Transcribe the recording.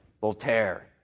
Voltaire